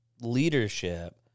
leadership